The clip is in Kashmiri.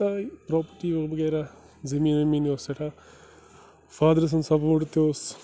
تَے پرٛاپَٹی وغیرہ زٔمیٖن ومیٖن اوس سٮ۪ٹھاہ فادرٕ سُنٛد سَپوٹ تہِ اوس